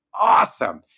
awesome